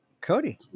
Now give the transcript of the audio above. Cody